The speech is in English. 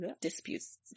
disputes